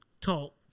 talk